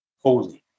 Holy